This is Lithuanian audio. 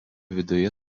viduje